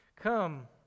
Come